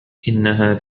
إنها